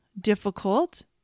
difficult